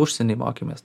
užsieny mokėmės